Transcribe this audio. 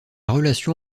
relation